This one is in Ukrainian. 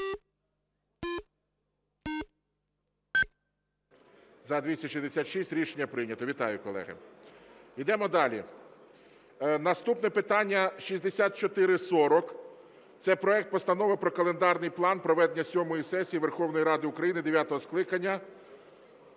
За-266 Рішення прийнято. Вітаю, колеги. Ідемо далі. Наступне питання 6440, це проект Постанови про календарний план проведення сьомої сесії Верховної Ради України дев’ятого скликання.